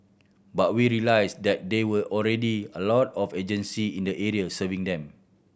but we realised that there were already a lot of agency in the area serving them